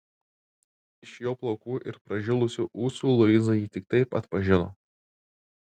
iš jo plaukų ir pražilusių ūsų luiza jį tik taip atpažino